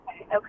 Okay